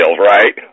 right